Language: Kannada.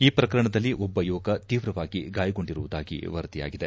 ಈ ಪ್ರಕರಣದಲ್ಲಿ ಒಬ್ಬ ಯುವಕ ತೀವ್ರವಾಗಿ ಗಾಯಗೊಂಡಿರುವುದಾಗಿ ವರದಿಯಾಗಿದೆ